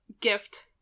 gift